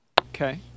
Okay